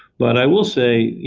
but i will say, you